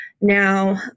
Now